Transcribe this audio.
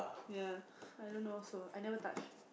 ya I don't know also I never touch